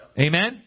Amen